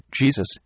Jesus